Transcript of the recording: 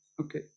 okay